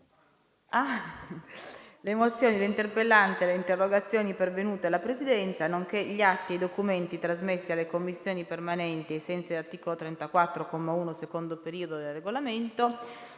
Le mozioni, le interpellanze e le interrogazioni pervenute alla Presidenza, nonché gli atti e i documenti trasmessi alle Commissioni permanenti ai sensi dell'articolo 34, comma 1, secondo periodo, del Regolamento